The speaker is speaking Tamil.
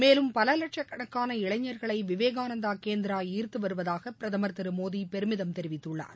மேலும் பல வட்சக்கணக்கான இளைஞர்களை விவேகானந்தா கேந்திரா ஈர்த்து வருவதாக பிரதமர் திரு மோடி பெருமிதம் தெரிவித்துள்ளார்